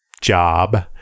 job